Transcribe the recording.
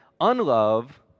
unlove